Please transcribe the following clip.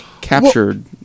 captured